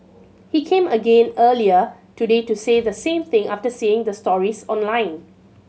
he came again earlier today to say the same thing after seeing the stories online